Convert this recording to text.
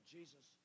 Jesus